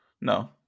No